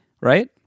Right